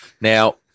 Now